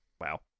Wow